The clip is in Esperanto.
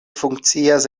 funkcias